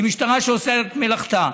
היא משטרה שעושה את מלאכתה.